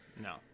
No